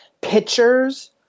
pictures